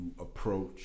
approach